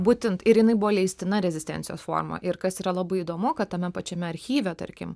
būtent ir jinai buvo leistina rezistencijos forma ir kas yra labai įdomu kad tame pačiame archyve tarkim